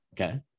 okay